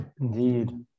Indeed